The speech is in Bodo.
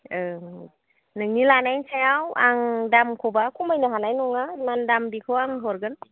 ओं नोंनि लानायनि सायाव आं दामखौबा खमायनो हानाय नङा इमान दाम बेखौ आं हरगोन